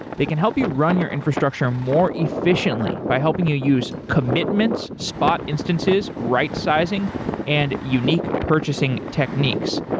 they can help you run your infrastructure more efficiently by helping you use commitments, spot instances, rightsizing and unique purchasing techniques.